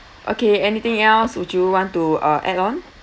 okay anything else would you want to uh add on